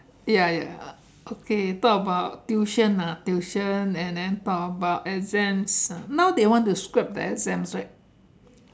ya ya okay talk about tuition ah tuition and then talk about exams ah now they want to scrap the exams right